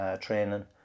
training